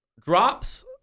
drops